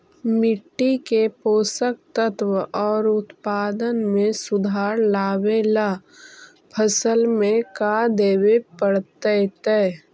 मिट्टी के पोषक तत्त्व और उत्पादन में सुधार लावे ला फसल में का देबे पड़तै तै?